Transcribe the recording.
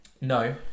no